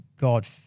God